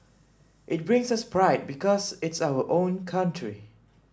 it brings us pride because it's our own country